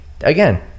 again